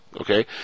okay